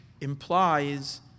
implies